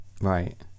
right